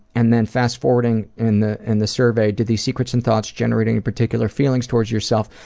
and then fast-forwarding in the and the survey, do these secrets and thoughts generate any particular feelings towards yourself?